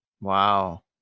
Wow